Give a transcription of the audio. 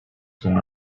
more